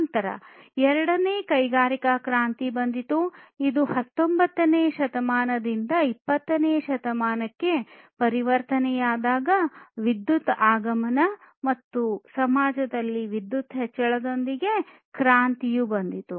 ನಂತರ ಎರಡನೇ ಕೈಗಾರಿಕಾ ಕ್ರಾಂತಿಯು ಬಂದಿತು ಅದು 19 ನೇ ಶತಮಾನದಿಂದ 20 ನೇ ಶತಮಾನಕ್ಕೆ ಪರಿವರ್ತನೆಯಾದಾಗ ವಿದ್ಯುತ್ ಆಗಮನ ಮತ್ತು ಸಮಾಜದಲ್ಲಿ ವಿದ್ಯುತ್ ಹೆಚ್ಚಳದೊಂದಿಗೆ ಕ್ರಾಂತಿಯು ಬಂದಿತು